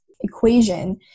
equation